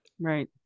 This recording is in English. Right